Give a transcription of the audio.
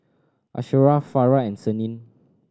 Asharaff Farah and Senin